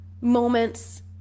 moments